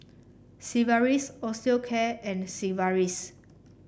Sigvaris Osteocare and Sigvaris